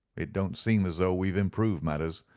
it don't seem as though we've improved matters.